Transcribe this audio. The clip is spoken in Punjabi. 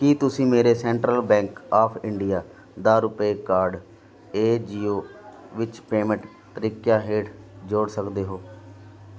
ਕੀ ਤੁਸੀਂਂ ਮੇਰੇ ਸੈਂਟਰਲ ਬੈਂਕ ਆਫ ਇੰਡਆ ਦਾ ਰੁਪੇ ਕਾਰਡ ਏ ਜੀਓ ਵਿੱਚ ਪੇਮੈਂਟ ਤਰੀਕਿਆਂ ਹੇਠ ਜੋੜ ਸਕਦੇ ਹੋ